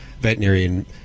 veterinarian